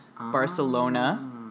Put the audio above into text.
Barcelona